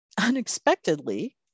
unexpectedly